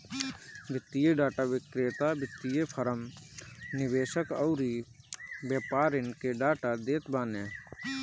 वित्तीय डाटा विक्रेता वित्तीय फ़रम, निवेशक अउरी व्यापारिन के डाटा देत बाने